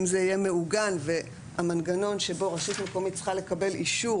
אם זה יהיה מעוגן והמנגנון שבו רשות מקומית צריכה לקבל אישור